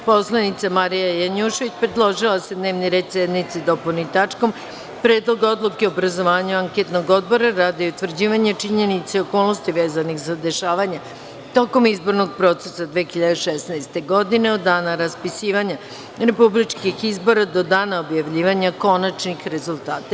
Narodna poslanica Marija Janjušević predložila je da se dnevni red sednice dopuni tačkom Predlog odluke o obrazovanju anketnog odbora radi utvrđivanja činjenica i okolnosti vezanih za dešavanja tokom izbornog procesa 2016. godine od dana raspisivanja republičkih izbora do dana objavljivanja konačnih rezultata izbora.